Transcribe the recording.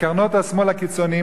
וקרנות השמאל הקיצוני,